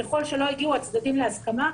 אם לא הגיעו הצדדים להסכמה,